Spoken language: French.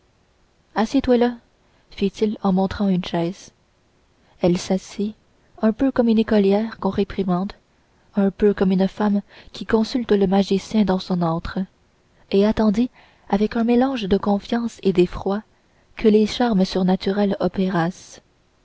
assis toué là fit-il en montrant une chaise elle s'assit un peu comme une écolière qu'on réprimande un peu comme une femme qui consulte le magicien dans son antre et attendit avec un mélange de confiance et d'effroi que les charmes surnaturels